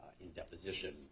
in-deposition